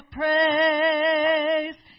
praise